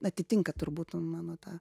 atitinka turbūt mano tą